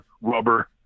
rubber